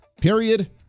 Period